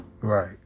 right